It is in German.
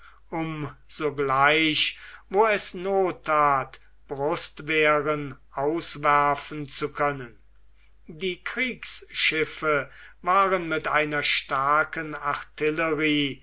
um sogleich wo es noth that brustwehren auswerfen zu können die kriegsschiffe waren mit einer starken